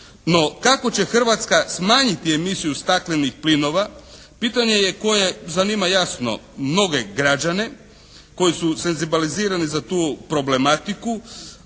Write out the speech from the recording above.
No kako će Hrvatska smanjiti emisiju staklenih plinova pitanje je koje zanima jasno mnoge građane koji su senzibilizirani za tu problematiku.